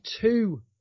two